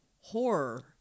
horror